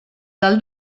del